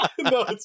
No